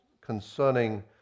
concerning